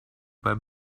beim